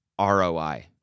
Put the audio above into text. ROI